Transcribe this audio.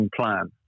plan